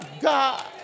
God